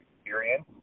experience